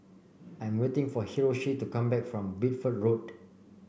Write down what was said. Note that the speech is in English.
I'm waiting for Hiroshi to come back from Bideford Road